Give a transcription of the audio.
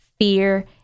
fear